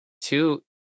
Two